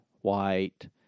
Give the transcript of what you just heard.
white